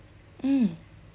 mm